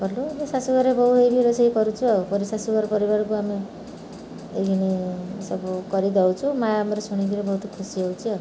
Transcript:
କଲୁ ଏବେ ଶାଶୁ ଘରେ ବୋହୂ ହେଇକି ରୋଷେଇ କରୁଛୁ ଆଉ ଶାଶୁଘର ପରିବାରକୁ ଆମେ ଏଇକିନି ସବୁ କରିଦଉଛୁ ମାଆ ଆମର ଶୁଣିକିରି ବହୁତ ଖୁସି ହେଉଛି ଆଉ